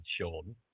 sean